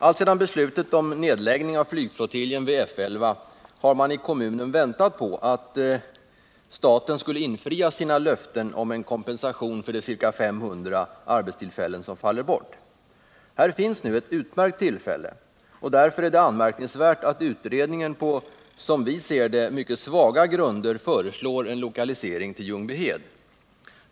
Alltsedan beslutet om nedläggningen av flygflottiljen vid F 11 fattades har man i kommunen väntat på att staten skulle infria sina löften om en kompensation för de ca 500 arbetstillfällen som faller bort. Här finns nu ett utmärkt tillfälle och därför är det anmärkningsvärt att utredningen på, som vi ser det, mycket svaga grunder föreslår en lokalisering till Ljungbyhed.